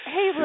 Hey